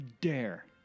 dare